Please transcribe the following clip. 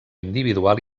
individual